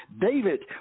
David